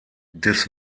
des